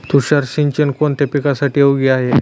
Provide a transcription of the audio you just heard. तुषार सिंचन कोणत्या पिकासाठी योग्य आहे?